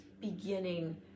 beginning